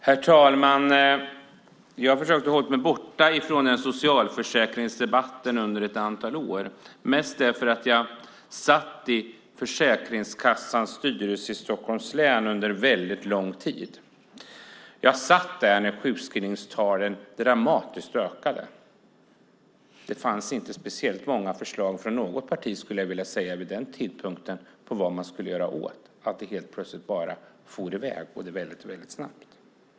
Herr talman! Jag har försökt att hålla mig borta från socialförsäkringsdebatten under ett antal år, mest därför att jag har suttit i Försäkringskassans styrelse i Stockholms län under lång tid. Jag satt där när sjukskrivningstalen dramatiskt ökade. Det fanns inte speciellt många förslag från något parti vid den tidpunkten på vad som kunde göras åt att sjukskrivningstalen plötsligt for i väg snabbt.